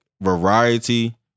variety